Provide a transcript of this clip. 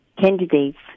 candidates